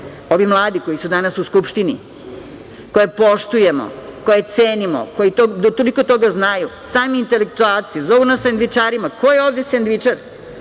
ovi mladi koji su danas u Skupštini koje poštujemo, koje cenimo, koji toliko toga znaju, sami intelektualci. Zovu nas sendvičarima. Ko je ovde sendvičar?